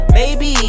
baby